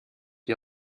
die